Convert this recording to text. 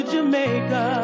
Jamaica